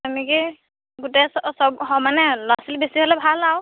তেনেকৈ গোটেই চব মানে ল'ৰা ছোৱালী বেছি হ'লে ভাল আৰু